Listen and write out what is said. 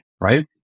right